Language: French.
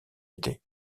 été